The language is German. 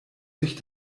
sich